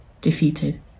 defeated